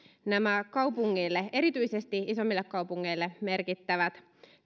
nämä kaupungeille erityisesti isoimmille kaupungeille merkittävät